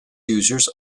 users